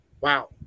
wow